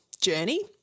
journey